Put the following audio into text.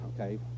okay